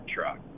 truck